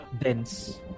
dense